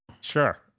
Sure